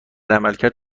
عملکرد